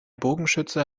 bogenschütze